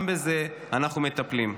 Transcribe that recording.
גם בזה אנחנו מטפלים.